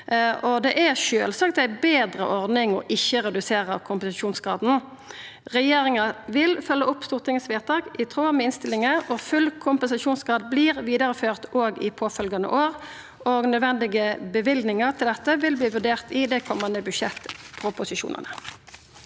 Det er sjølvsagt ei betre ordning å ikkje redusera kompensasjonsgraden. Regjeringa vil følgja opp stortingsvedtaket i tråd med innstillinga, og full kompensasjonsgrad vert vidareført òg i påfølgjande år. Nødvendige løyvingar til dette vil verta vurderte i dei komande budsjettproposisjonane.